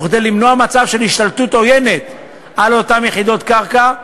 וכדי למנוע מצב של השתלטות עוינת על אותן יחידות קרקע,